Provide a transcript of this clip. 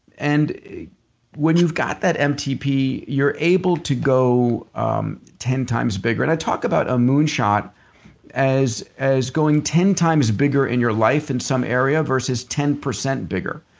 and when you've got that mtp, you're able to go um ten times bigger and i talk about a moonshot as as going ten times bigger in your life in some area versus ten percent bigger.